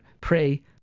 pray